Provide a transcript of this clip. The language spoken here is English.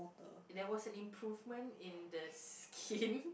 that was an improvement in the skin